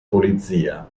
polizia